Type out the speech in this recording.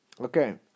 Okay